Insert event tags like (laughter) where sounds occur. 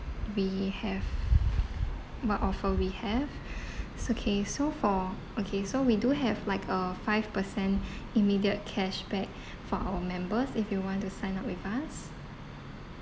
we have what offer we have (breath) so okay so for okay so we do have like a five percent (breath) immediate cashback (breath) for our members if you want to sign up with us